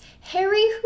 Harry